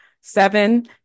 Seven